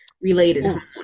related